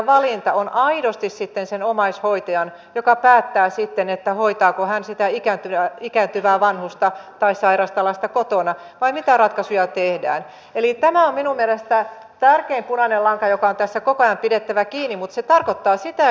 mutta on aidosti sitten sen omaishoitajan joka myös todettava että nuorisotakuu ei käytetä liikehtivä vanhusta tai sairasta lasta kotona mallina ole ollut tehokas sillä nuorisotyöttömyys on minun mielestäni tärkein punainen lanka joka tässä koko ajan pidettävä edelleen voimakkaasti kasvanut ja sitä